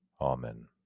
Amen